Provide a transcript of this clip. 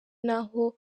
n’aho